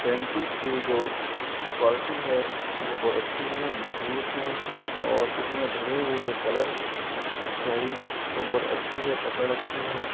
pencils की जो quality है वह बहुत अच्छी है मजबूत है और इसमे भरे हुए हैं कलर स्याही वह बहुत अच्छी है पकड़ अच्छी है